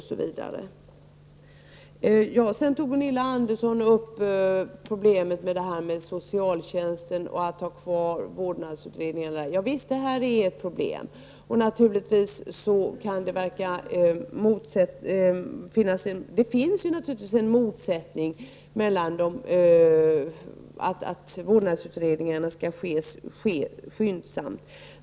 Sedan tog Gunilla Andersson upp problemet med socialtjänsten och bibehållande av vårdnadsutredningarna. Javisst, detta är ett problem. Det finns naturligtvis en motsättning när det sägs att vårdnadsutredningarna skall bedrivas skyndsamt.